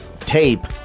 tape